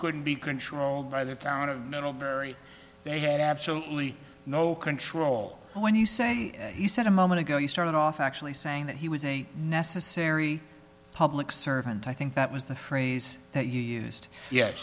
could be controlled by the town of middlebury they had absolutely no control when you say he said a moment ago you started off actually saying that he was a necessary public servant i think that was the phrase that you used yes